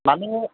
মানুহ